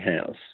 House